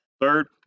Third